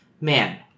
man